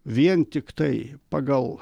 vien tiktai pagal